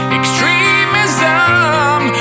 extremism